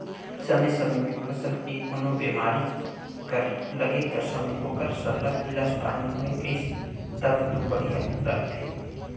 समे समे में फसल के कोनो बेमारी कर लगे कर समे ओकर सरलग इलाज पानी होए गइस तब दो बड़िहा रहथे